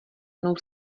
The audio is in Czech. mnou